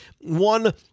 one